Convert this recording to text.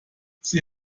sie